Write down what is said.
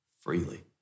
freely